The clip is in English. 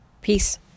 Peace